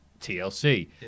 TLC